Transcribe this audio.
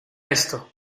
esto